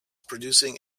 producing